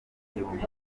igihumbi